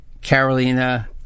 Carolina